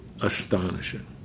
astonishing